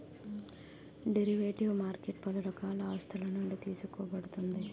derivative market పలు రకాల ఆస్తులునుండి తీసుకోబడుతుంది